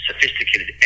sophisticated